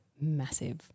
massive